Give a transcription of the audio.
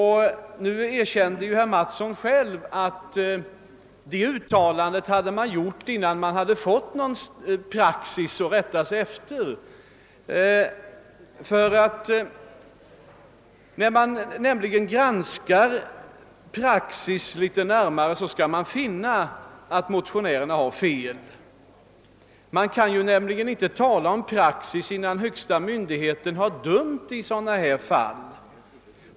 Herr Mattsson själv erkände nu, att man hade gjort detta uttalande innan man hade fått någon praxis att rätta sig efter. När man nu granskar praxis litet närmare, skall man nämligen finna, att motionärerna har fel. Man kan ju inte tala om praxis, innan den högsta myndigheten har dömt i sådana här fall.